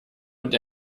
und